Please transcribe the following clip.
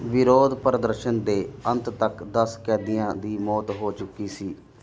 ਵਿਰੋਧ ਪ੍ਰਦਰਸ਼ਨ ਦੇ ਅੰਤ ਤੱਕ ਦਸ ਕੈਦੀਆਂ ਦੀ ਮੌਤ ਹੋ ਚੁੱਕੀ ਸੀ